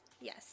yes